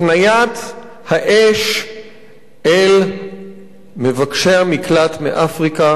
הפניית האש אל מבקשי המקלט מאפריקה